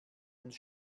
uns